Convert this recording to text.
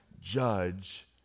judge